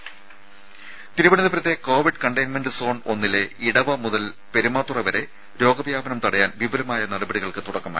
രുമ തിരുവനന്തപുരത്തെ covid containment zone ഒന്നിലെ ഇടവ മുതൽ പെരുമാത്തുറ വരെ രോഗവ്യാപനം തടയാൻ വിപുലമായ നടപടികൾക്ക് തുടക്കമായി